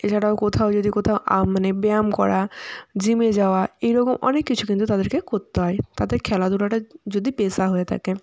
এছাড়াও কোথাও যদি কোথাও মানে ব্যায়াম করা জিমে যাওয়া এই রকম অনেক কিছু কিন্তু তাদেরকে করতে হয় তাদের খেলাধুলাটা যদি পেশা হয়ে থাকে